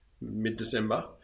mid-December